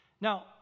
Now